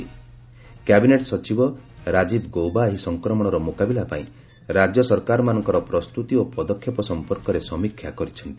cabinet ସଚିବ ରାଜ୍ଞୀବ ଗୌବା ଏହି ସଂକ୍ରମଣର ମୁକାବିଲା ପାଇଁ ରାଜ୍ୟ ସରକାରମାନଙ୍କର ପ୍ରସ୍ତୁତି ଓ ପଦକ୍ଷେପ ସମ୍ପର୍କରେ ସମୀକ୍ଷା କରିଚ୍ଛନ୍ତି